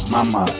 Mama